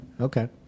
Okay